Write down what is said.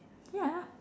ya